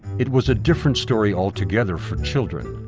it was a different story altogether for children.